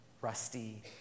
Rusty